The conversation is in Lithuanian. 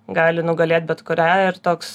gali nugalėt bet kurią ir toks